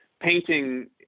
painting